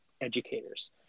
educators